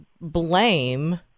blame